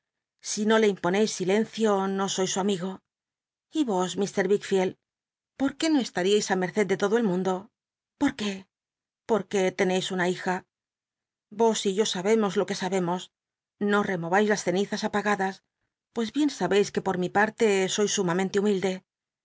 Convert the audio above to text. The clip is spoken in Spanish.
mano no le imponcis silencio no sois su amigo y os ir yickocld por qué no estareis á merced de todo el mundo por qué porque leneis una hija yos y yo sa bemos lo que sabemos no tcmo ais las cenizas apagadas lics bien veb qne pot mi parte sois sumamente humilde